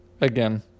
Again